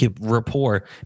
Rapport